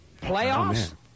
Playoffs